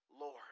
Lord